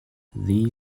the